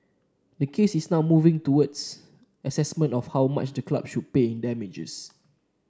the case is now moving towards assessment of how much the club should pay in damages